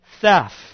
theft